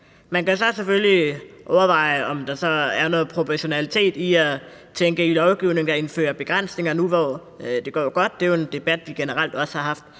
Man kan så selvfølgelig overveje, om der er noget proportionalitet i at tænke i lovgivning ved at indføre begrænsninger, nu hvor det går godt – det er jo en debat, vi generelt også har haft